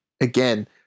again